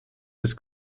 des